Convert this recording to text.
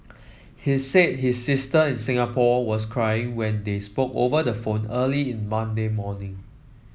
he said his sister in Singapore was crying when they spoke over the phone early on Monday morning